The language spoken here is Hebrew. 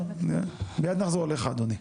מיד נחזור אליך, אדוני,